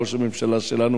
ראש הממשלה שלנו,